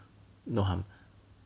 no harm